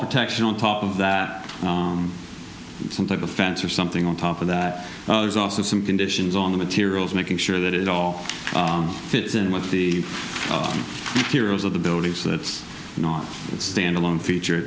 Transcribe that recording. protection on top of that some type of fence or something on top of that there's also some conditions on the materials making sure that it all fits in with the heroes of the building so that's not a stand alone feature